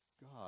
God